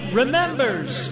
remembers